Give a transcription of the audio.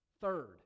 Third